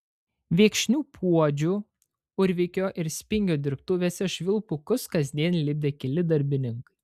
viekšnių puodžių urvikio ir spingio dirbtuvėse švilpukus kasdien lipdė keli darbininkai